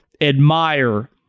admire